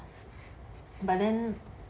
but then